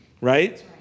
Right